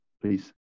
please